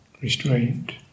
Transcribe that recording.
Restraint